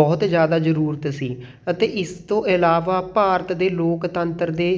ਬਹੁਤ ਜ਼ਿਆਦਾ ਜ਼ਰੂਰਤ ਸੀ ਅਤੇ ਇਸ ਤੋਂ ਇਲਾਵਾ ਭਾਰਤ ਦੇ ਲੋਕਤੰਤਰ ਦੇ